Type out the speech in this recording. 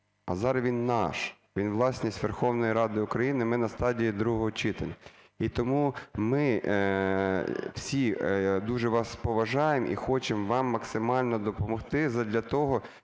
зараз він наш, він власність Верховної Ради України, ми на стадії другого читання. І тому ми всі дуже вас поважаємо і хочемо вам максимально допомогти задля того,